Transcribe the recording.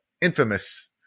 infamous